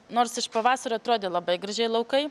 nors iš pavasario atrodė labai gražiai laukai